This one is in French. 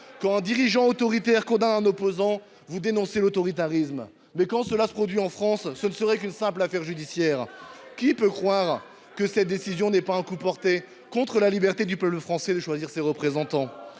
Quand un dirigeant autoritaire condamne un opposant, vous dénoncez l’autoritarisme. Et quand cela se produit en France, il n’y aurait là qu’une simple affaire judiciaire ? Qui peut croire que cette décision n’est pas un coup porté à la liberté du peuple français de choisir ses représentants ?